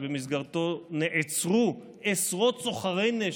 שבמסגרתו נעצרו עשרות סוחרי נשק.